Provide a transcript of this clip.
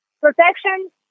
protection